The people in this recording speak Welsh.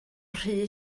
rhy